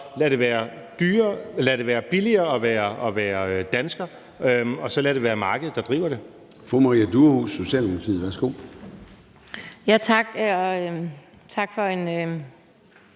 lad det være billigere at være dansker, og lad det så være markedet, der driver det.